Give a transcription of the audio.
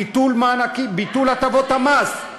ביטול הטבות המס,